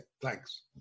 thanks